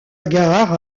gare